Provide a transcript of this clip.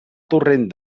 torrent